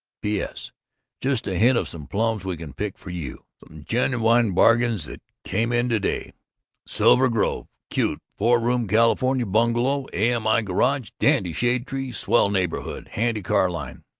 p s just a hint of some plums we can pick for you some genuine bargains that came in to-day silver grove cute four-room california bungalow, a m i, garage, dandy shade tree, swell neighborhood, handy car line.